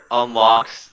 unlocks